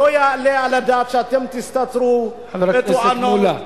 לא יעלה על הדעת שאתם תסתתרו, חבר הכנסת מולה,